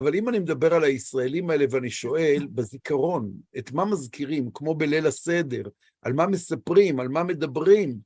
אבל אם אני מדבר על הישראלים האלה, ואני שואל, בזיכרון, את מה מזכירים, כמו בליל הסדר, על מה מספרים, על מה מדברים?